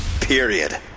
Period